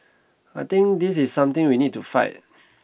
I think this is something we need to fight